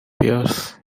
pears